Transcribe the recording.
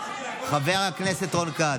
חבר הכנסת רון כץ.